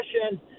question